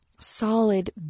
solid